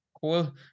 Cool